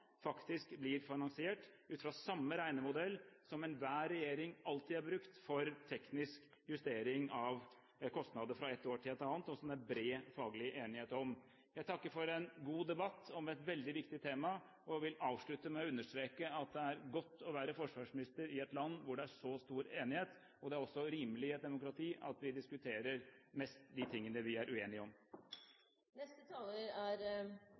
faktisk blir finansiert ut fra samme regnemodell som enhver regjering alltid har brukt for teknisk justering av kostnader fra et år til et annet, og som det er bred faglig enighet om. Jeg takker for en god debatt om et veldig viktig tema og vil avslutte med å understreke at det er godt å være forsvarsminister i et land hvor det er så stor enighet. Det er også rimelig i et demokrati at vi diskuterer mest de tingene vi er uenige om.